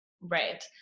Right